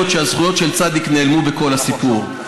שהזכויות של צ' נעלמו בכל הסיפור?